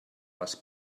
les